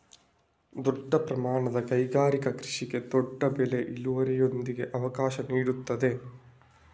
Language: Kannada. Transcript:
ದೊಡ್ಡ ಪ್ರಮಾಣದ ಕೈಗಾರಿಕಾ ಕೃಷಿಗೆ ದೊಡ್ಡ ಬೆಳೆ ಇಳುವರಿಯೊಂದಿಗೆ ಅವಕಾಶ ನೀಡುತ್ತದೆ